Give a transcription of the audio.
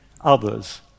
others